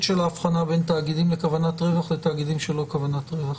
של הבחנה בין תאגידים לכוונת רווח לתאגידים שלא לכוונת רווח.